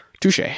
Touche